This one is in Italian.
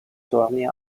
torni